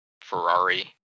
Ferrari